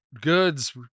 goods